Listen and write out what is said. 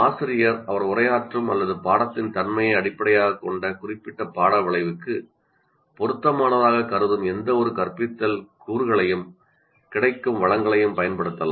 ஆசிரியர் அவர் அவள் உரையாற்றும் அல்லது பாடத்தின் தன்மையை அடிப்படையாகக் கொண்ட குறிப்பிட்ட பாட விளைவுக்கு பொருத்தமானதாகக் கருதும் எந்தவொரு கற்பித்தல் கூறுகளையும் கிடைக்கும் வளங்களையும் பயன்படுத்தலாம்